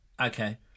Okay